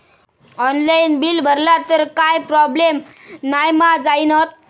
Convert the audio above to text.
Online bill भरला तर काय प्रोब्लेम नाय मा जाईनत?